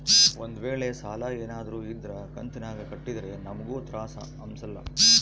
ಒಂದ್ವೇಳೆ ಸಾಲ ಏನಾದ್ರೂ ಇದ್ರ ಕಂತಿನಾಗ ಕಟ್ಟಿದ್ರೆ ನಮ್ಗೂ ತ್ರಾಸ್ ಅಂಸಲ್ಲ